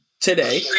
today